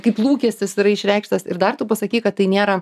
kaip lūkestis yra išreikštas ir dar tu pasakei kad tai nėra